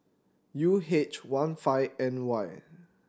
U H one five N Y